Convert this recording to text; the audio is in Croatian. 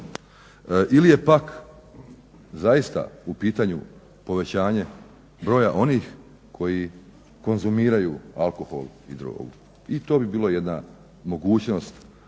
Ili je pak zaista u pitanju povećanje broja onih koji konzumiraju alkohol i drogu. I to bi bila jedna mogućnost